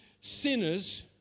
sinners